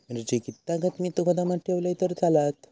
मिरची कीततागत मी गोदामात ठेवलंय तर चालात?